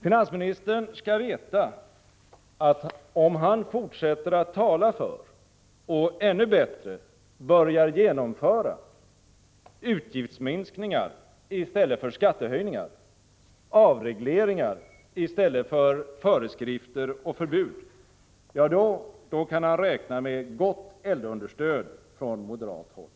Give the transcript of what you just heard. Finansministern skall veta att om han fortsätter att tala för — och ännu bättre börjar genomföra — utgiftsminskningar i stället för skattehöjningar och avregleringar i stället för föreskrifter och förbud, då kan han räkna med gott eldunderstöd från moderat håll.